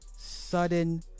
sudden